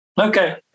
Okay